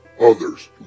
others